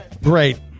Great